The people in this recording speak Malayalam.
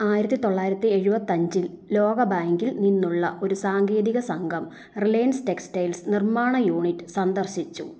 ആയിരത്തി തൊള്ളായിരത്തി എഴുപത്തഞ്ചിൽ ലോക ബാങ്കിൽ നിന്നുള്ള ഒരു സാങ്കേതിക സംഘം റിലയൻസ് ടെക്സ്റ്റൈൽസ് നിർമ്മാണ യൂണിറ്റ് സന്ദർശിച്ചു